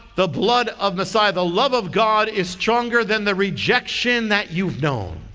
the blood of messiah, the love of god is stronger than the rejection that you've known.